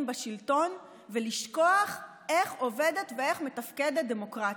בשלטון ולשכוח איך עובדת ואיך מתפקדת דמוקרטיה.